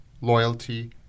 loyalty